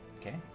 Okay